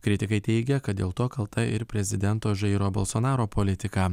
kritikai teigia kad dėl to kalta ir prezidento žairo bolsonaro politika